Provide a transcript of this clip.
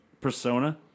persona